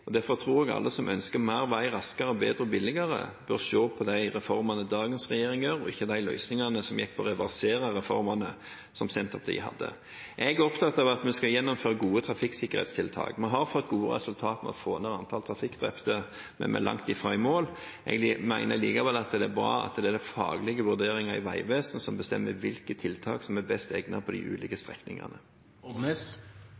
og derfor tror jeg at alle som ønsker mer vei raskere, bedre og billigere, bør se på de reformene dagens regjering gjør, og ikke de løsningene som Senterpartiet hadde, som gikk på å reversere reformene. Jeg er opptatt av at vi skal gjennomføre gode trafikksikkerhetstiltak. Vi har fått gode resultater med å få ned antall trafikkdrepte, men vi er langt ifra i mål. Jeg mener likevel det er bra at det er de faglige vurderingene i Vegvesenet som bestemmer hvilke tiltak som er best egnet for de ulike